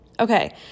okay